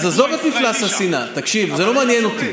עזוב את מפלס השנאה, תקשיב, זה לא מעניין אותי.